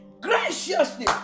graciously